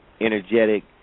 energetic